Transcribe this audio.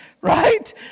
right